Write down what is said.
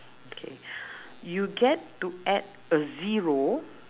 okay you get to add a zero